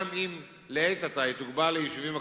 גם אם לעת עתה היא תוגבל ליישובים הקיימים,